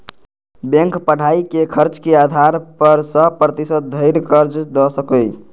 bank पढ़ाइक खर्चक आधार पर सय प्रतिशत धरि कर्ज दए सकैए